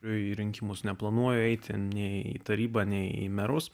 į rinkimus neplanuoju eiti nei į tarybą nei į merus